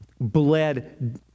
bled